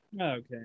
okay